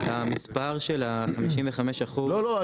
המספר של ה-55% --- לא,